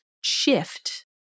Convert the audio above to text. shift